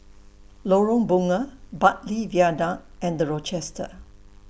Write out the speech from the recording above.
Lorong Bunga Bartley Viaduct and The Rochester